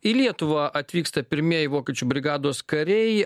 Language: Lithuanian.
į lietuvą atvyksta pirmieji vokiečių brigados kariai